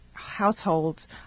households